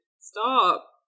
stop